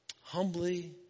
Humbly